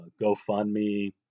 GoFundMe